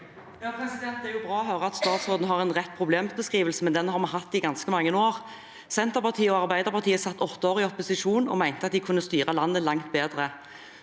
(H) Det er bra å høre at statsråden har en rett problembeskrivelse, men den har vi hatt i ganske mange år. Senterpartiet og Arbeiderpartiet satt åtte år i opposisjon og mente at de kunne styre landet langt bedre.